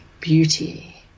beauty